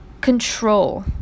control